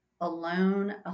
alone